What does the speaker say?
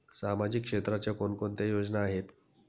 सामाजिक क्षेत्राच्या कोणकोणत्या योजना आहेत?